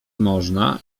można